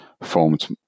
formed